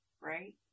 right